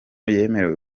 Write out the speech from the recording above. yemerewe